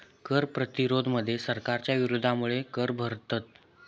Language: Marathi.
कर प्रतिरोध मध्ये सरकारच्या विरोधामुळे कर भरतत